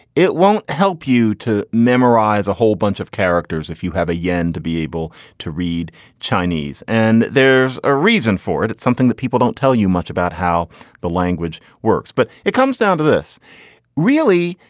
it won't help you to memorize a whole bunch of characters if you have a yen to be able to read chinese. and there's a reason for it. it's something that people don't tell you much about how the language works but it comes down to this really.